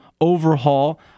overhaul